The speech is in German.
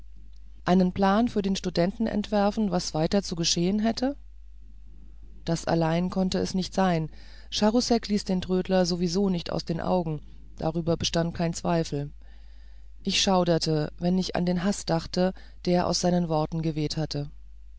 einen plan für den studenten entwerfen was weiter zu geschehen hätte das allein konnte es nicht sein charousek ließ den trödler sowieso nicht aus den augen darüber bestand kein zweifel ich schauderte wenn ich an den haß dachte der aus seinen worten geweht hatte